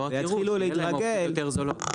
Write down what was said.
לא רק יראו, שיהיו להם אופציות יותר זולות.